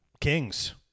kings